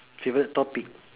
favourite topic